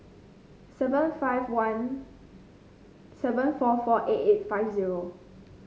seven five one seven four four eight eight five zero